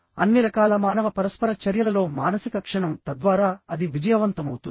అన్ని రకాల మానవ పరస్పర చర్యలలో మానసిక క్షణంతద్వారా అది విజయవంతమవుతుంది